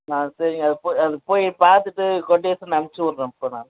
ஆ சரிங்க அது போய் அது போய் பார்த்துட்டு கொட்டேஷன் அனுப்பிச்சுட்றேன் இப்போது நான்